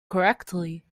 correctly